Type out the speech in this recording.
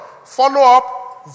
Follow-up